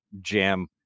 jam